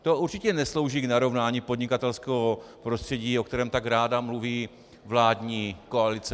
To určitě neslouží k narovnání podnikatelského prostředí, o kterém tak ráda mluví vládní koalice.